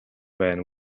байна